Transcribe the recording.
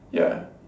ya